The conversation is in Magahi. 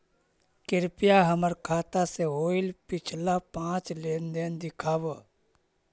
कृपा हमर खाता से होईल पिछला पाँच लेनदेन दिखाव